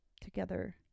together